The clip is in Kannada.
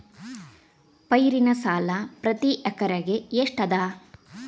ಪೈರಿನ ಸಾಲಾ ಪ್ರತಿ ಎಕರೆಗೆ ಎಷ್ಟ ಅದ?